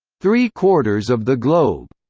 three quarters of the globe,